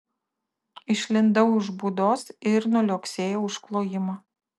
išlindau iš būdos ir nuliuoksėjau už klojimo